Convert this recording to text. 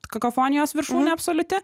kakofonijos viršūnė absoliuti